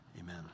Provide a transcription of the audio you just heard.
Amen